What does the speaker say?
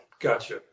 Gotcha